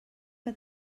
que